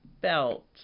belt